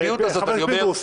על הצביעות הזאת אני אומר,